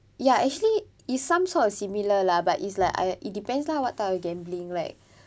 ya actually it's some sort of similar lah but it's like I it depends lah what type of gambling like